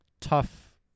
tough